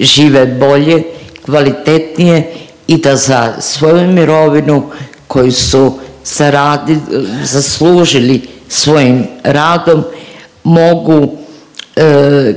žive bolje, kvalitetnije i da za svoju mirovinu koju su zaslužili svojim radom mogu